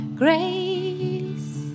grace